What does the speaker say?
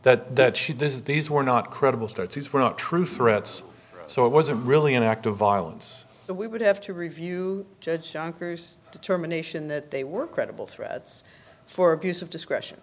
that that she this is these were not credible starts these were not true threats so it was a really an act of violence that we would have to review judge junkers determination that they were credible threats for abuse of discretion